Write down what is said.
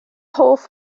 hoff